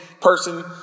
person